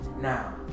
Now